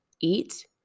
eat